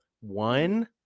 One